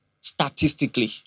statistically